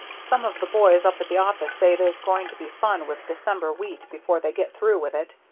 some of the boys up at the office say there's going to be fun with december wheat before they get through with it.